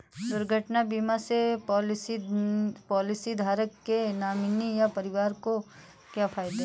दुर्घटना बीमा से पॉलिसीधारक के नॉमिनी या परिवार को क्या फायदे हैं?